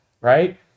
right